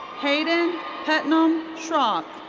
hayden putnam schrauff.